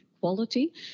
quality